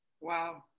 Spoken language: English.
Wow